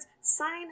sign